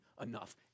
enough